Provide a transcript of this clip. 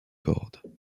cordes